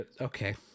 Okay